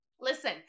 listen